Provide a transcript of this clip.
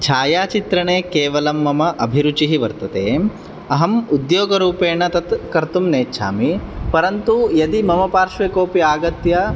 छायाचित्रणे केवलं मम अभिरुचिः वर्तते अहम् उद्योगरूपेण तत् कर्तुं नेच्छामि परन्तु यदि मम पार्श्वे कोऽपि आगत्य